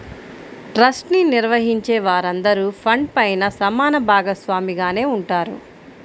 trust ని నిర్వహించే వారందరూ ఫండ్ పైన సమాన భాగస్వామిగానే ఉంటారు